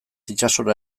itsasora